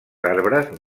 arbres